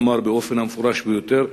אמר באופן המפורש ביותר,